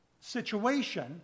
situation